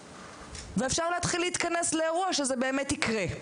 ואפשר להתחיל להתכנס לאירוע שזה באמת יקרה.